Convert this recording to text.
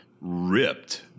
Ripped